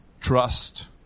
trust